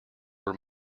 were